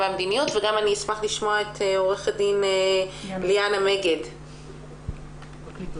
המדיניות וגם עורכת הדין ליאנה מגד ממשרד המשפטים.